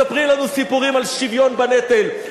מספרים לנו סיפורים על שוויון בנטל.